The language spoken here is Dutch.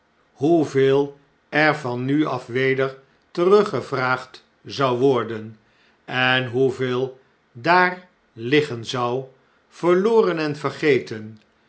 hoeveel er van nu af weder teruggevraagd zou worden en hoeveel daar liggen zou verloren en vergeten